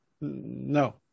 no